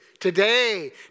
Today